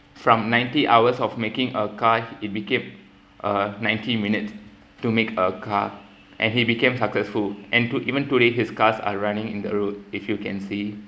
from ninety hours of making a car it became a ninety minute to make a car and he became successful and to even today his cars are running in the road if you can see